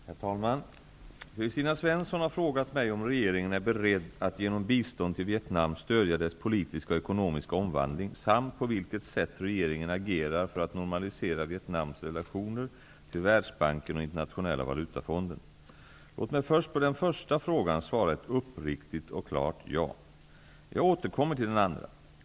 Herr talman! Kristina Svensson har frågat mig om regeringen är beredd att genom bistånd till Vietnam stödja dess politiska och ekonomiska omvandling samt på vilket sätt regeringen agerar för att normalisera Vietnams relationer till Låt mig först på den första frågan svara ett uppriktigt och klart ja. Jag återkommer till den andra.